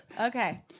Okay